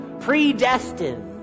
predestined